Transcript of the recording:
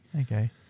Okay